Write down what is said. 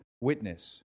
witness